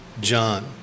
John